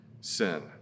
sin